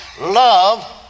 Love